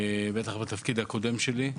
בטח בתפקיד הקודם שלי,